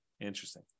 interesting